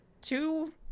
two